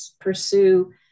pursue